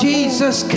Jesus